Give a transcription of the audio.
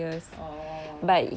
oh